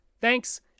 Thanks